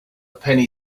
penny